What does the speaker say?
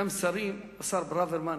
וגם שרים, השר ברוורמן